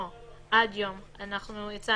ואנחנו נדבר על זה באזרחי ואז נעשה את ההתאמות.